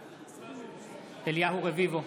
בעד אליהו רביבו,